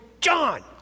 John